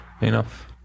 enough